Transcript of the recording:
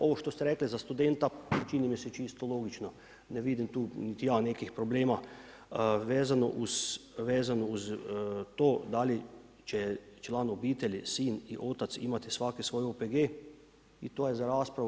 Ovo što ste rekli za studenta čini mi se čisto logično, ne vidim tu niti ja nekih problema vezano uz to da li će član obitelji sin i otac imati svaki svoj OPG i to je za raspravu.